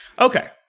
Okay